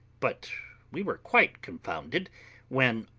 but we were quite confounded when,